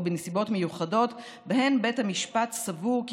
או בנסיבות מיוחדות בהן בית המשפט סבור כי